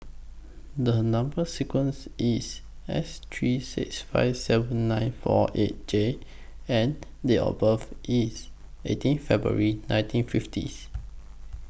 The Number sequence IS S three six five seven nine four eight J and Date of birth IS eighteen February nineteen fiftieth